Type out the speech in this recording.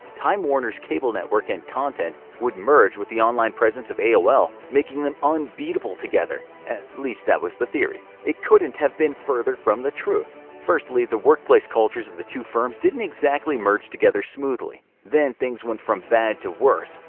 time warner's cable network and content would merge with the online presence of aol, making them unbeatable together. at least, that was the theory. it couldn't have been further from the truth, firstly, the workplace cultures of the two firms didn't exactly merge together smoothly. then, things went from bad to worse.